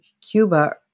Cuba